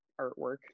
artwork